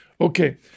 Okay